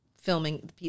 filming